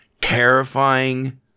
terrifying